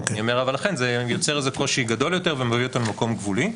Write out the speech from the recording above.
אני אומר אבל לכן זה יוצר איזה קושי גדול יותר ומביא אותנו למקום גבולי.